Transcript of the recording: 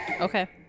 Okay